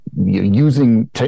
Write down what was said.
using